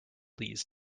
these